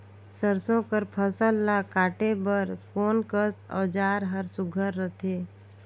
सरसो कर फसल ला काटे बर कोन कस औजार हर सुघ्घर रथे?